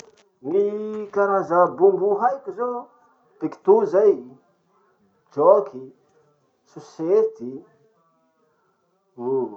Ny karaza bonbon haiko zay: pecto zay, joke, sosety, uhm.